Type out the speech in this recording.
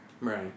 Right